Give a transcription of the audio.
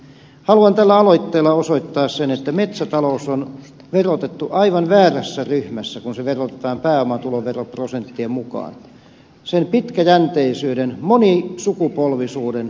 haluan tällä aloitteella osoittaa sen että metsätalous on verotettu aivan väärässä ryhmässä kun se verotetaan pääomatuloveroprosenttien mukaan sen pitkäjänteisyyden monisukupolvisuuden vuoksi